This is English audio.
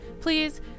please